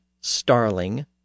starling